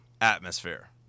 atmosphere